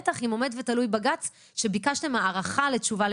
בטח אם עומד ותלוי בג"ץ שביקשתם הארכה לתשובה.